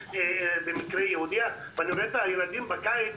לספורט ואת הילדים בקיץ